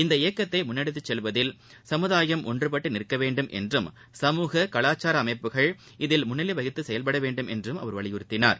இந்த இயக்கத்தை முன்னெடுத்து செல்வதில் சமுதாயம் ஒன்றுபட்டு நிற்க வேண்டும் என்றும் சமூக கலாச்சார அமைப்புகள் இதில் முன்னிலை வகித்து செயல்பட வேண்டுமென்றும் அவர் அறிவறுத்தினார்